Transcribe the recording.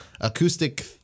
acoustic